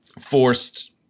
forced